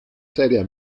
serie